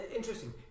interesting